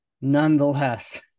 nonetheless